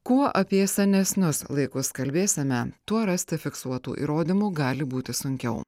kuo apie senesnius laikus kalbėsime tuo rasti fiksuotų įrodymų gali būti sunkiau